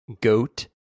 Goat